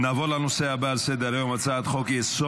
נעבור לנושא הבא על סדר-היום, הצעת חוק-יסוד,